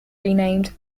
renamed